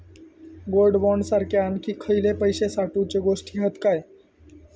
Gold bond सारखे आणखी खयले पैशे साठवूचे गोष्टी हत काय?